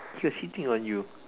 he was hitting on you